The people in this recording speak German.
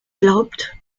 glaubt